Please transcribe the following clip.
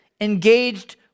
engaged